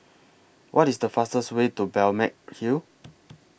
What IS The fastest Way to Balmeg Hill